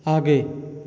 आगे